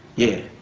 yeah,